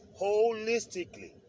holistically